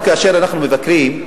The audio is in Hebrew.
כאשר אנחנו מבקרים,